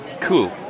Cool